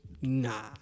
nah